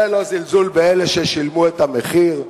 זה לא זלזול באלה ששילמו את המחיר?